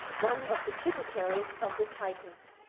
one of the tributaries of the tigris.